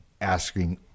asking